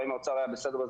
והאם האוצר היה בסדר,